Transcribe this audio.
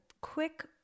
quick